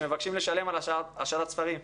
שמבקשים לשלם על השאלת ספרים,